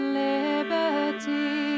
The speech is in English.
liberty